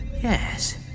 Yes